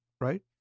right